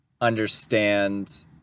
understand